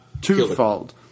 twofold